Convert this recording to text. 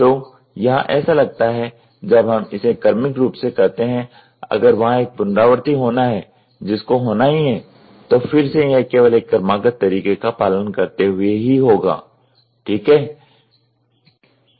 तो यहाँ ऐसा लगता है जब हम इसे क्रमिक रूप से करते हैं अगर वहाँ एक पुनरावृत्ति होना है जिसको होना ही है तो फिर से यह केवल एक क्रमागत तरीके का पालन करते हुए ही होगा ठीक है